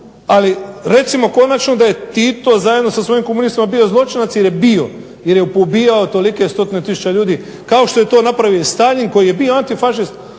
Ali recimo konačno da je Tito zajedno sa svojim komunistima bio zločinac jer je bio, jer je poubijao tolike 100 tisuće ljudi kao što je to napravio i Staljin koji je bio antifašist,